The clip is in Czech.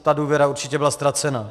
Ta důvěra určitě byla ztracena.